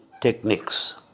techniques